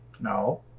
No